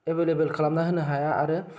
एभे लेबोल खालामा होनो हाया आरो